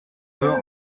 peur